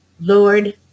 Lord